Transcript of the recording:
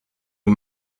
aux